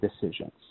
decisions